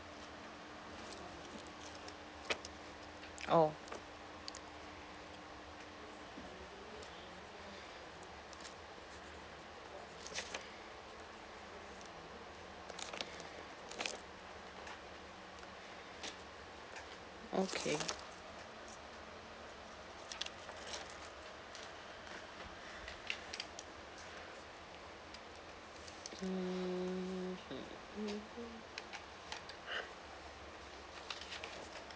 oh okay mmhmm